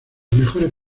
mejores